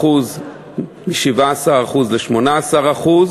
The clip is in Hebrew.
מ-17% ל-18%,